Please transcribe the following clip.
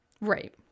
Right